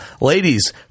Ladies